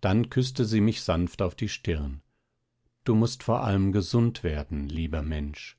dann küßte sie mich sanft auf die stirn du mußt vor allem gesund werden lieber mensch